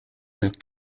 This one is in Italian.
nel